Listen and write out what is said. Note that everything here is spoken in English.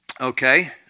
Okay